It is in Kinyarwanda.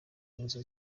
inzu